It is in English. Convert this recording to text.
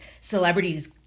celebrities